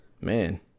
man